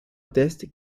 test